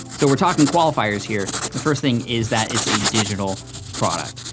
so, we're talking qualifiers here, the first thing is that it's a digital product.